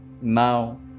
Now